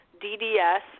D-D-S